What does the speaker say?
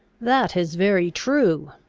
that is very true,